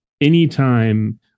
anytime